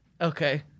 Okay